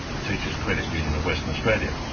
the teachers' credit union of western australia,